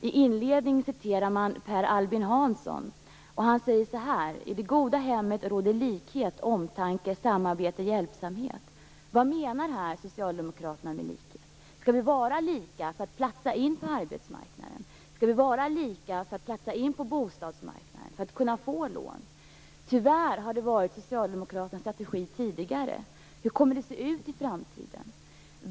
I inledningen citerar man Per Albin Hansson, och han säger så här: "I det goda hemmet råder likhet, omtanke, samarbete, hjälpsamhet." Vad menar socialdemokraterna med likhet? Skall vi alla vara lika för att platsa in på arbetsmarknaden? Skall vi vara lika för att platsa in på bostadsmarknaden och för att kunna få ett lån? Tyvärr har detta tidigare varit socialdemokraternas strategi. Hur kommer det att se ut i framtiden?